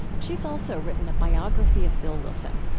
she's also written a biography of bill wilson.